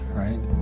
right